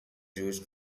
jewish